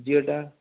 ଜିଓଟା